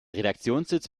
redaktionssitz